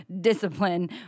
discipline